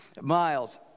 miles